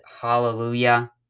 Hallelujah